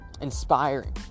inspiring